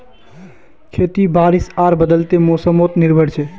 खेती बारिश आर बदलते मोसमोत निर्भर छे